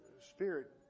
Spirit